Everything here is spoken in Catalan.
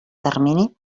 termini